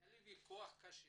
היה לי ויכוח קשה